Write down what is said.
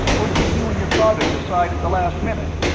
or did you and your father decide at the last minute?